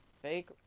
Fake